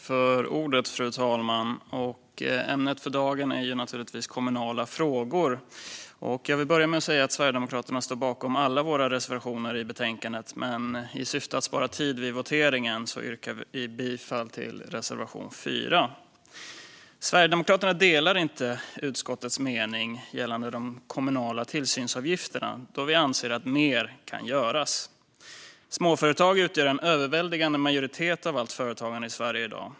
Fru talman! Ämnet för dagen är kommunala frågor. Jag vill börja med att säga att vi i Sverigedemokraterna står bakom alla våra reservationer i betänkandet, men i syfte att spara tid vid voteringen yrkar jag bifall endast till reservation 4. Sverigedemokraterna delar inte utskottets mening gällande de kommunala tillsynsavgifterna, då vi anser att mer kan göras. Småföretag utgör en överväldigande majoritet av allt företagande i Sverige i dag.